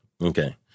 Okay